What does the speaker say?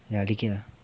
ya lick it lah